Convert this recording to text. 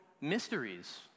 mysteries